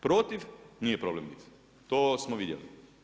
Protiv nije problem biti, to smo vidjeli.